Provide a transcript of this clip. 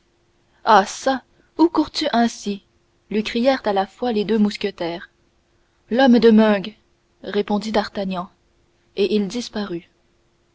ah çà où cours tu ainsi lui crièrent à la fois les deux mousquetaires l'homme de meung répondit d'artagnan et il disparut